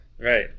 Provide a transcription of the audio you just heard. Right